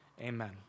Amen